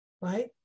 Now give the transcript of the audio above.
right